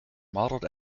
modeled